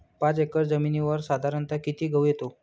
पाच एकर जमिनीवर साधारणत: किती गहू येतो?